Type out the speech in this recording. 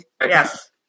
Yes